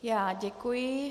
Já děkuji.